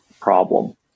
problem